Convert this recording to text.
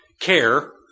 care